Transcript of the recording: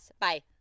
Bye